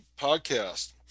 podcast